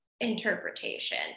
interpretation